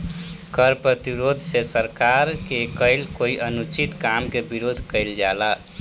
कर प्रतिरोध से सरकार के कईल कोई अनुचित काम के विरोध कईल जाला